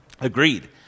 agreed